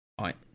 Right